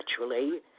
naturally